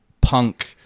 punk